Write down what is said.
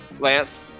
Lance